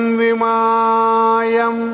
vimayam